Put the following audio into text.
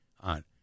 on